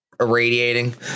irradiating